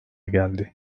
geldi